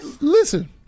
listen